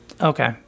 okay